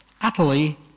Utterly